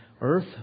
earth